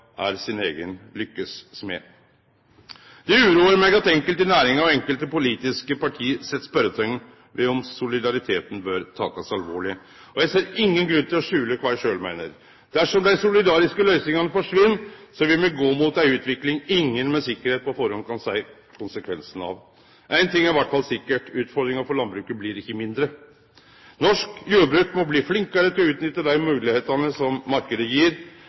er si eiga lykkes smed? Det uroar meg at enkelte i næringa og enkelte politiske parti set spørjeteikn ved om solidariteten bør takast alvorleg. Eg ser ingen grunn til å skjule kva eg sjølv meiner. Dersom dei solidariske løysingane forsvinn, vil me gå mot ei utvikling ingen med sikkerheit på førehand kan seie konsekvensen av. Ein ting er i alle fall sikkert – utfordringa for landbruket blir ikkje mindre. Norsk jordbruk må bli flinkare til å nytte dei moglegheitene som